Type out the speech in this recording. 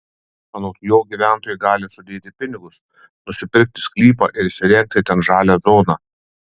anot jo gyventojai gali sudėti pinigus nusipirkti sklypą ir įsirengti ten žalią zoną